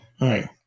Right